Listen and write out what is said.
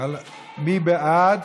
מי בעד?